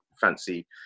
fancy